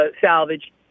salvage